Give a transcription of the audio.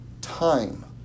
Time